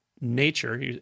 nature